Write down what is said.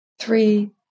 Three